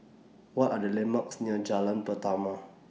What Are The landmarks near Jalan Pernama